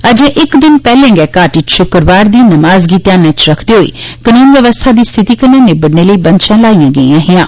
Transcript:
अर्जे इक दिन पहलें गै घाटी च शुक्रवार दी नमाज़ गी ध्यानै च रक्खदे होई कानून व्यवस्था दी स्थिति कन्नै निबड़ने लेई बंदशां लाइयां गेइयां हिंयां